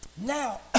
Now